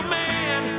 man